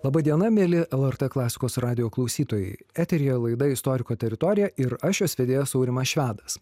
laba diena mieli lrt klasikos radijo klausytojai eteryje laida istoriko teritorija ir aš jos vedėjas aurimas švedas